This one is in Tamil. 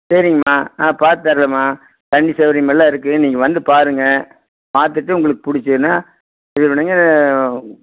சரிங்கம்மா ஆ பார்த்து தரேன்ம்மா தண்ணி சவுகரியமெல்லாம் இருக்குது நீங்கள் வந்து பாருங்க பார்த்துட்டு உங்களுக்கு பிடிச்சிதுனா இது பண்ணுங்க இல்லை